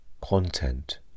content